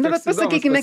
nu va pasakykime